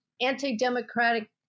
anti-democratic